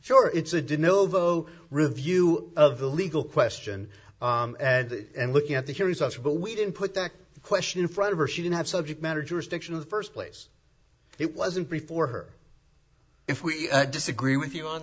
sure it's a did novo review of the legal question and looking at the jury's us but we didn't put that question in front of her she didn't have subject matter jurisdiction of the first place it wasn't before her if we disagree with you on